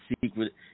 secret